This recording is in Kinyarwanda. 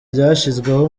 ryashyizweho